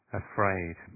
afraid